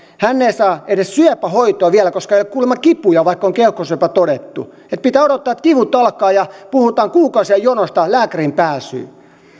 hän ei saa edes syöpähoitoa vielä koska ei ole kuulemma kipuja vaikka on keuhkosyöpä todettu pitää odottaa että kivut alkavat ja puhutaan kuukausien jonosta lääkäriin pääsyyn